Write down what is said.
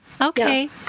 okay